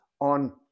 on